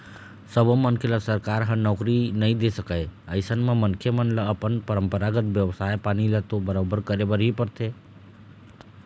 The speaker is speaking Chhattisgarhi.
सब्बो मनखे ल सरकार ह नउकरी नइ दे सकय अइसन म मनखे मन ल अपन परपंरागत बेवसाय पानी ल तो बरोबर करे बर ही परथे